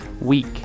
week